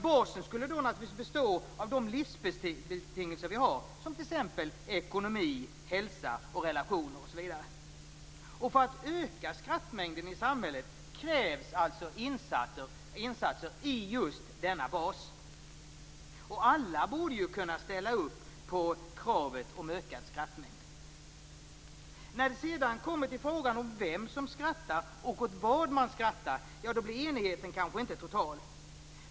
Basen skulle då naturligtvis bestå av de livsbetingelser vi har, som t.ex. ekonomi, hälsa och relationer. För att öka skrattmängden i samhället krävs alltså insatser i just denna bas. Alla borde kunna ställa upp på kravet om ökad skrattmängd. När det sedan kommer till frågan om vem som skrattar och åt vad man skrattar blir enigheten kanske inte total.